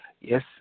yes